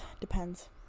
depends